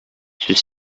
ceux